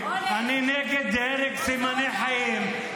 אני נגד הרג סימני חיים,